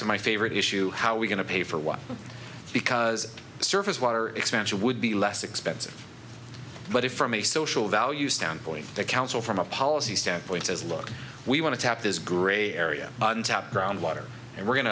to my favorite issue how we going to pay for what because the surface water expansion would be less expensive but if from a social values down point the council from a policy standpoint says look we want to tap this grey area untapped groundwater and we're going